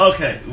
Okay